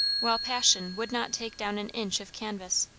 while passion would not take down an inch of canvas.